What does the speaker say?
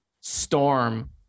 storm